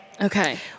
Okay